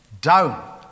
down